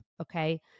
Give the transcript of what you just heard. okay